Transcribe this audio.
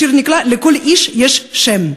השיר נקרא "לכל איש יש שם":